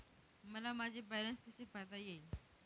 मला माझे बॅलन्स कसे पाहता येईल?